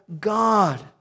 God